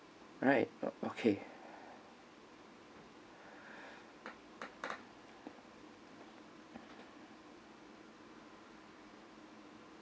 right okay